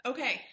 Okay